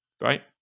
right